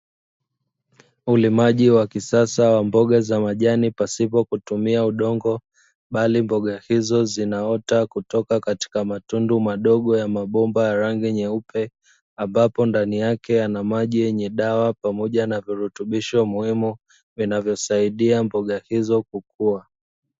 Ulimaji wa kisasa wa mboga za majani pasipo kutumia udongo, bali mboga hizo hutoka katika matundu madogo ya mabomba ya rangi meupe, ambapo ndani yake yana maji yenye dawa pamoja na virutubisho muhimu vinavyosaidia mboga hizo kukua.